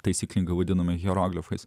taisyklingai vadinami hieroglifais